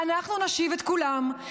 אנחנו נשיב את כולם,